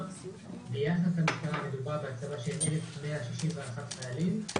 ביחס למשטרה מדובר על הצבה של 1,161 חיילים.